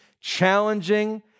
challenging